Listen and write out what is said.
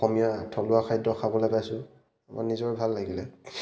অসমীয়া থলুৱা খাদ্য খাবলৈ পাইছোঁ আমাৰ নিজৰ ভাল লাগিলে